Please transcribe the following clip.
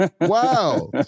Wow